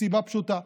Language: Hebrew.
הסיבה פשוטה,